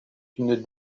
une